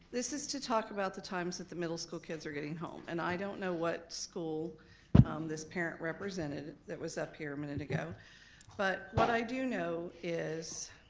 this is to talk about the time that the middle school kids are getting home. and i don't know what school um this parent represented that was up here a minute ago but what i do know is,